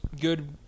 good